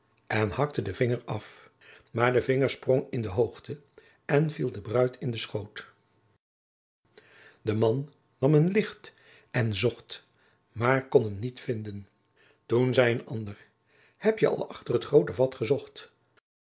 en hakte den vinger af maar de vinger sprong in de hoogte en viel de bruid in den schoot de man nam een licht en zocht maar kon hem niet vinden toen zei een ander heb je al achter het groote vat gezocht